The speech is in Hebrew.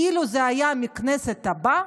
אילו זה היה מהכנסת הבאה,